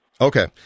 Okay